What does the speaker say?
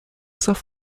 saint